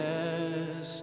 Yes